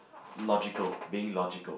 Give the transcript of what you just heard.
logical being logical